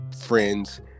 friends